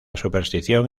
superstición